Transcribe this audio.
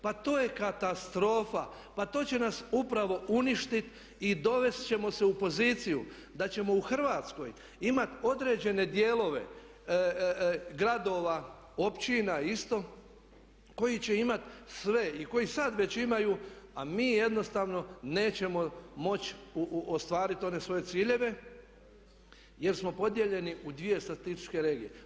Pa to je katastrofa, pa to će nas upravo uništiti i dovesti ćemo se u poziciju da ćemo u Hrvatskoj imati određene dijelove gradova, općina isto koji će imati sve i koji sad već imaju, a mi jednostavno nećemo moći ostvariti one svoje ciljeve jer smo podijeljeni u 2 statističke regije.